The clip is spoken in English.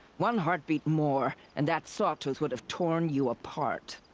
one heartbeat more. and that sawtooth would have torn you apart.